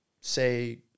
say